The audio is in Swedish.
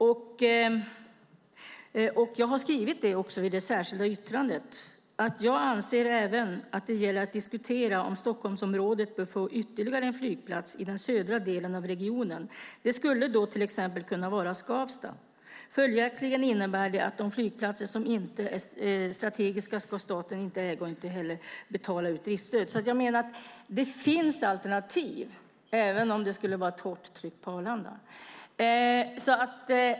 Jag har också skrivit i det särskilda yttrandet att jag även anser att det gäller att diskutera om Stockholmsområdet bör få ytterligare en flygplats i den södra delen av regionen. Det skulle då till exempel kunna vara Skavsta. Följaktligen innebär det att de flygplatser som inte är strategiska ska staten inte äga och inte heller betala ut driftsstöd för. Jag menar alltså att det finns alternativ, även om det skulle vara ett hårt tryck på Arlanda.